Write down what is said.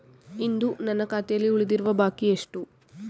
ಇಂದು ನನ್ನ ಖಾತೆಯಲ್ಲಿ ಉಳಿದಿರುವ ಬಾಕಿ ಎಷ್ಟು?